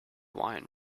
wine